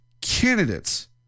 candidates